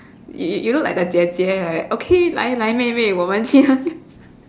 you you look like the 姐姐 like that okay 来来妹妹我们去喝